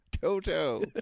Toto